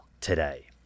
today